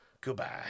Goodbye